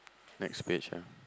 next page ah